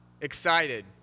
Excited